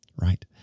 right